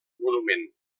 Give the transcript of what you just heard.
monument